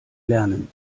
lernen